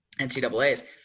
NCAAs